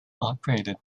operated